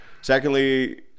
secondly